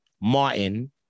Martin